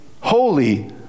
holy